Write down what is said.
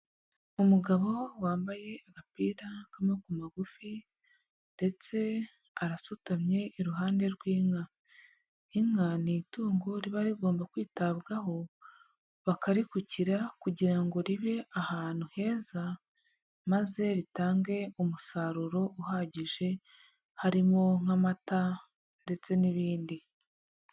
Umugabo wambaye agapira k'amaboko magufi ndetse arasutamye iruhande rw'inka. Inka ni itungo riba rigomba kwitabwaho, bakarikukira kugira ngo ribe ahantu heza maze ritange umusaruro uhagije harimo nk'amata ndetse n'ibindi.